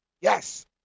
Yes